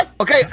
okay